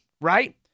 right